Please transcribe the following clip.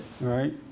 Right